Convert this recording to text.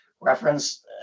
reference